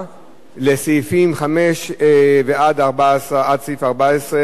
לסעיפים 5 ועד סעיף 14 ועד בכלל.